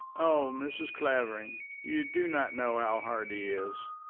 oh, mrs. clavering, you do not know how hard he is.